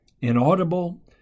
inaudible